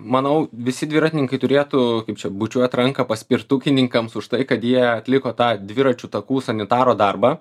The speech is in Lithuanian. manau visi dviratininkai turėtų kaip čia bučiuot ranką paspirtukininkams už tai kad jie atliko tą dviračių takų sanitaro darbą